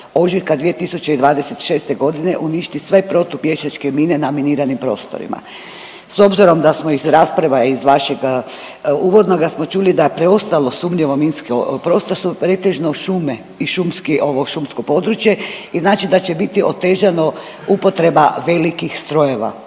ožujka 2026. godine uništi sve protupješačke mine na miniranim prostorima. S obzirom da smo iz rasprava i iz vašeg uvodnoga smo čuli da preostalo sumnjivo minski prostor su pretežno šume i šumski, ovo šumsko područje i znači da će biti otežano upotreba velikih strojeva